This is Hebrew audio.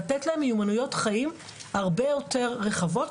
לתת להן מיומנויות חיים הרבה יותר רחבות,